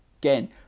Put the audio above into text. again